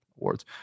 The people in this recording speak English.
awards